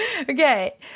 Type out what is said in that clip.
Okay